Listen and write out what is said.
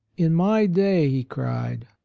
in my day, he cried,